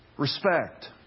Respect